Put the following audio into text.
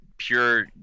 pure